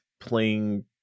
playing